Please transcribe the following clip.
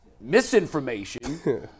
misinformation